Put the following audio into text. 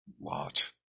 lot